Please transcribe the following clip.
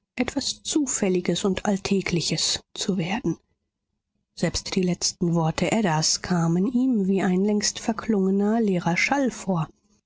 etwas zufälliges und alltägiges zu werden selbst die letzten worte adas kamen ihm wie ein längst verklungener leerer schall vor